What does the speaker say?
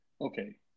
Okay